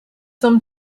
some